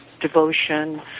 devotion